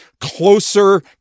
closer